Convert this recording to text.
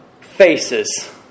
faces